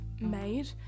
made